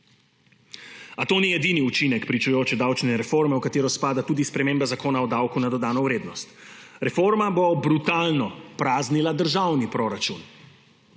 A to ni edini učinek pričujoče davčne reforme, v katero spada tudi sprememba Zakona o davku na dodano vrednost. Reforma bo brutalno praznila državni proračun.